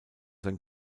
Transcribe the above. sein